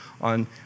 on